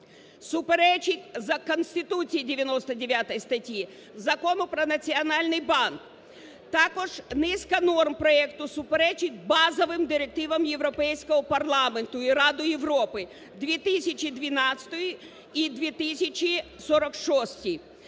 суперечить Конституції 99-й статті, Закону "Про Національний банк". Також низка норм проекту суперечить базовим директивам Європейського парламенту і Ради Європи 2012-й і 2046-й.